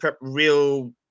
real